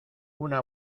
una